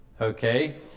okay